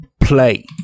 play